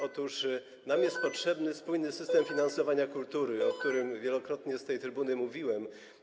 Otóż nam jest potrzebny spójny system finansowania kultury, o którym wielokrotnie z tej trybuny mówiłem.